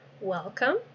Welcome